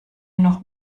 noch